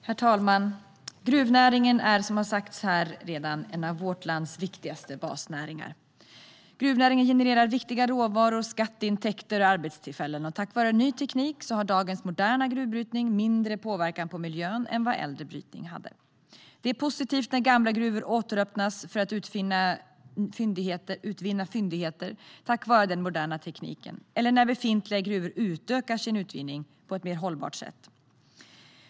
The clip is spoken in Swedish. Herr talman! Gruvnäringen är, som redan har sagts här, en av vårt lands viktigaste basnäringar. Gruvnäringen genererar viktiga råvaror, skatteintäkter och arbetstillfällen. Tack vare ny teknik har dagens moderna gruvbrytning mindre påverkan på miljön än vad äldre brytning hade. Det är positivt när gamla gruvor återöppnas för att tack vare den moderna tekniken utvinna fyndigheter eller när befintliga gruvor utökar sin utvinning på ett mer hållbart sätt.